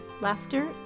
laughter